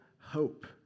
hope